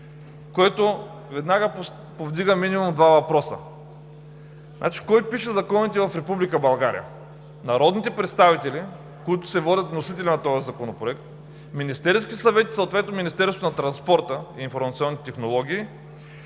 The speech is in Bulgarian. което веднага повдига минимум два въпроса. Кой пише законите в Република България – народните представители, които се водят вносители на този законопроект, Министерският съвет и съответно Министерство на транспорта и информационните технологии,